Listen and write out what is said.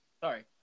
Sorry